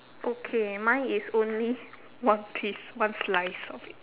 okay mine is only one piece one slice of it